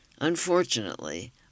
Unfortunately